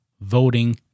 voting